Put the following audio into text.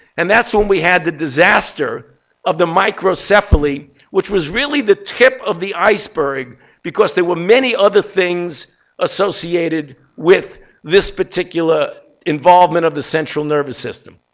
and that's when we had the disaster of the microcephaly, which was really the tip of the iceberg because there were many other things associated with this particular involvement of the central nervous system.